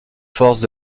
forces